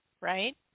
right